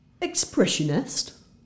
Expressionist